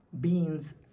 beans